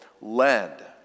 led